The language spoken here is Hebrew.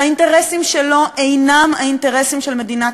שהאינטרסים שלו אינם האינטרסים של מדינת